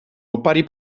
opari